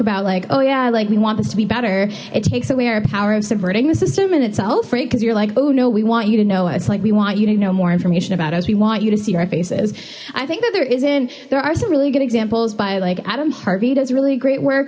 about like oh yeah like we want this to be better it takes away our power of subverting the system in itself right cuz you're like oh no we want you to know it's like we want you to know more information about us we want you to see our faces i think that there isn't there are some really good examples by like adam harvey does really great work